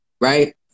right